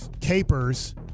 capers